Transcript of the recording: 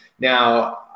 Now